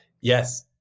yes